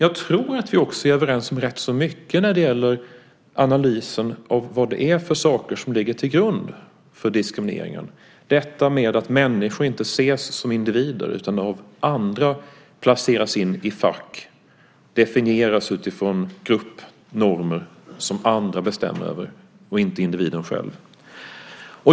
Vi är nog också i stort överens i analysen om vad det är som ligger till grund för diskrimineringen - detta att människor inte ses som individer utan av andra placeras in i fack och definieras utifrån gruppnormer som andra bestämmer över och inte individen själv.